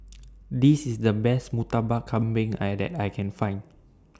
This IS The Best Murtabak Kambing I that I Can Find